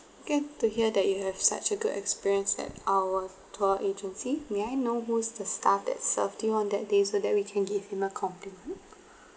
glad to hear that you have such a good experience at our tour agency may I know who's the staff that served you on that day so that we can give him a compliment